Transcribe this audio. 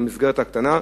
במסגרת הקטנה.